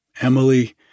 Emily